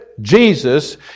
Jesus